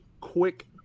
quick